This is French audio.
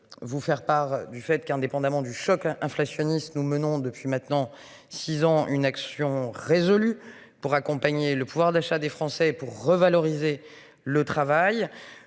vous faire part du fait qu'indépendamment du choc inflationniste, nous menons depuis maintenant 6 ans une action résolue pour accompagner le pouvoir d'achat des Français pour revaloriser le travail.